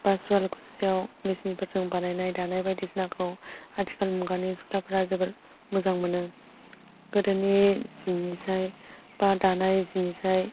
बा सुवालखुसियाव मेसिनफोरजों बानायनाय दानाय बायदिसिनाखौ आथिखाल मुगानि सिख्लाफोरा जोबोर मोजां मोनो गोदोनि जिनिसाय बा दानाय जिनिफ्राय